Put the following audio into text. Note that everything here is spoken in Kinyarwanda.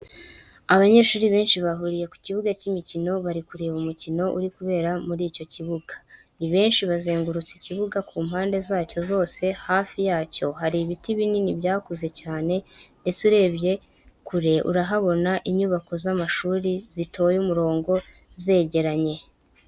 Abanyeshuri benshi bahuriye ku kibuga cy'imikino bari kureba umukino uri kubera muri icyo kibuga, ni benshi bazengurutse ikibuga ku mpande zacyo zose, hafi yacyo hari ibiti binini byakuze cyane ndetse urebye kure urahabona inyubako z'amashuri zitoye umurongo zegeranye.